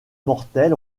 mortel